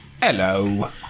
Hello